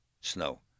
snow